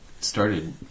started